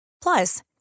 Plus